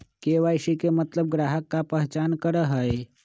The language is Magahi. के.वाई.सी के मतलब ग्राहक का पहचान करहई?